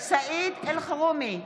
סעיד אלחרומי,